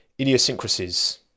idiosyncrasies